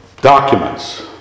documents